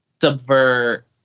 subvert